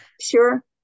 Sure